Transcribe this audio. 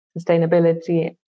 sustainability